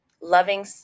loving